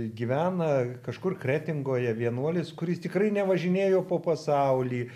gyvena kažkur kretingoje vienuolis kuris tikrai ne važinėjo po pasaulį